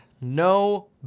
no